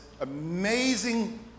amazing